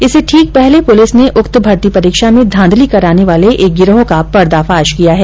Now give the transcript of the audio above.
इससे ठीक पहले पुलिस ने उक्त भर्ती परीक्षा में धांधली कराने वाले एक गिरोह का पर्दाफाश किया है